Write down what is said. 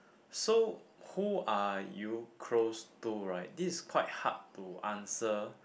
so who are you close to right this is quite hard to answer